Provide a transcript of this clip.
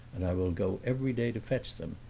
and i will go every day to fetch them.